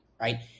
Right